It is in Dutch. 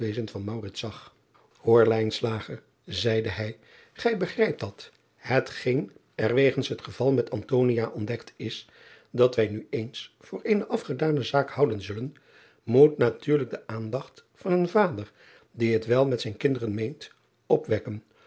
van zag oor zeide hij ij begrijpt dat het geen er wegens het geval met ontdekt is dat wij nu eens voor eene afgedaane zaak houden zullen moet natuurlijk de aandacht van een vader die het wel met zijne kinderen meent opwekken